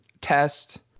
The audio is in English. test